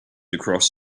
across